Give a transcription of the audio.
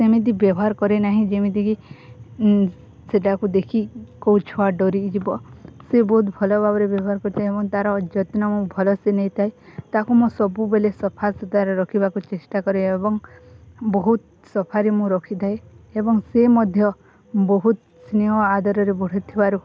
ସେମିତି ବ୍ୟବହାର କରେ ନାହିଁ ଯେମିତିକି ସେଇଟାକୁ ଦେଖି କେଉଁ ଛୁଆ ଡରିଯିବ ସେ ବହୁତ ଭଲ ଭାବରେ ବ୍ୟବହାର କରିଥାଏ ଏବଂ ତାର ଯତ୍ନ ମୁଁ ଭଲସେ ନେଇଥାଏ ତାକୁ ମୁଁ ସବୁବେଳେ ସଫାସୁତୁରା ରଖିବାକୁ ଚେଷ୍ଟା କରେ ଏବଂ ବହୁତ ସଫାରେ ମୁଁ ରଖିଥାଏ ଏବଂ ସେ ମଧ୍ୟ ବହୁତ ସ୍ନେହ ଆଦରରେ ବଢ଼ୁଥିବାରୁ